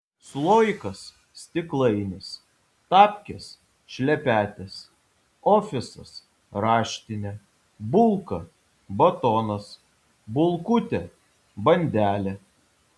sloikas stiklainis tapkės šlepetės ofisas raštinė bulka batonas bulkutė bandelė